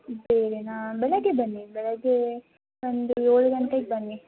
ಬೇರೆನಾ ಬೆಳಗ್ಗೆ ಬನ್ನಿ ಬೆಳಗ್ಗೆ ಒಂದು ಏಳು ಗಂಟೆಗೆ ಬನ್ನಿ